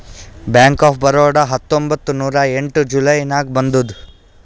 bank of Baroda ಹತ್ತೊಂಬತ್ತ್ ನೂರಾ ಎಂಟ ಜುಲೈ ನಾಗ್ ಬಂದುದ್